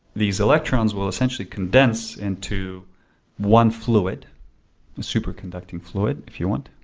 these electrons will essentially condense into one fluid, a super conducting fluid, if you want.